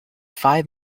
five